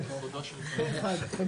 אושר שלושת הצעות החוק מוזגו להצעת חוק אחת.